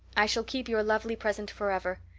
i shall keep your lovely present forever.